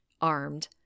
armed